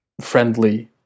friendly